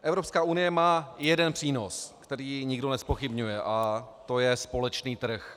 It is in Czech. Evropská unie má jeden přínos, který nikdo nezpochybňuje, a to je společný trh.